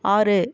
ஆறு